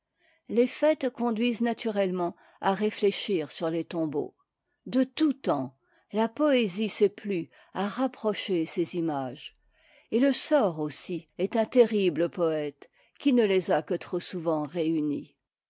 les fêtes conduisent naturellement à réfléchir sur les tombeaux de tout temps la poésie s'est plu à rapprocher ces images et le sort aussi est un terrible poëte qui ne les a que trop souvent réunies